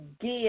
give